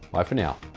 bye for now.